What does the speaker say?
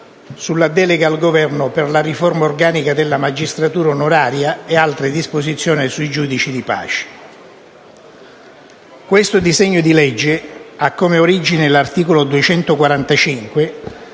delega al Governo per la riforma organica della magistratura onoraria e altre disposizioni sui giudici di pace. Tale disegno di legge ha come origine l'articolo 245